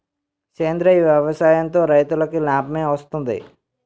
సేంద్రీయ వ్యవసాయం తో రైతులకి నాబమే వస్తది